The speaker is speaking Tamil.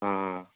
ஆ ஆ